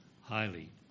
highly